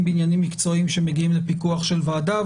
בעניינים מקצועיים שמגיעים לפיקוח של ועדה,